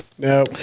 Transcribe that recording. No